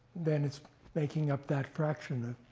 then it's making up that fraction.